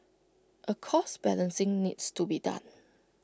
A cost balancing needs to be done